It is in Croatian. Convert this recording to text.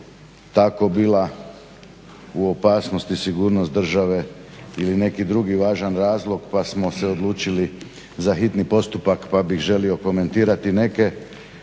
tako bila u opasnosti sigurnost države ili neki drugi važan razlog pa smo se odlučili za hitni postupak pa bih želio komentirati neke